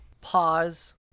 Pause